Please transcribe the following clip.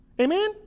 amen